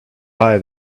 buy